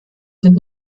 sind